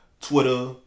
Twitter